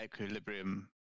equilibrium